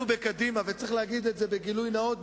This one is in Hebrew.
וצריך להגיד את זה בגילוי נאות,